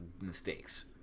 mistakes